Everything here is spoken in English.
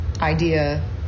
idea